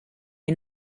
est